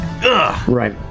Right